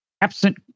absent